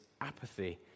apathy